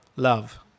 Love